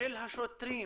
של השוטרים